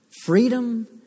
freedom